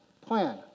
plan